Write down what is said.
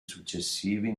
successivi